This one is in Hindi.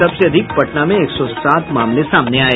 सबसे अधिक पटना में एक सौ सात मामले सामने आये